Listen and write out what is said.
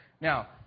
Now